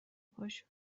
پاشو